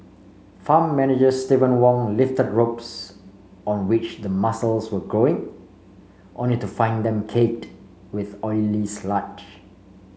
farm manager Steven Wong lifted ropes on which the mussels were growing only to find them caked with oily sludge